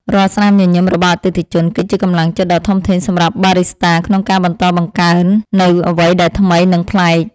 រាល់ស្នាមញញឹមរបស់អតិថិជន គឺជាកម្លាំងចិត្តដ៏ធំធេងសម្រាប់បារីស្តាក្នុងការបន្តបង្កើតនូវអ្វីដែលថ្មី និងប្លែក។